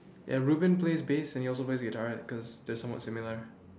ya Reuben plays bass and he also plays guitar cause they're somewhat similar